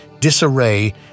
disarray